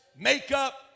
makeup